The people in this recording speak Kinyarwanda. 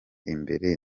imbere